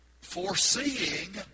foreseeing